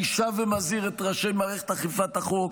אני שב ומזהיר את ראשי מערכת אכיפת החוק.